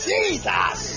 Jesus